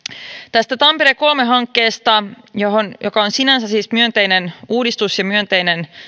tästä tampere kolme hankkeesta joka on sinänsä siis myönteinen uudistus ja myönteinen